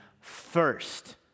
first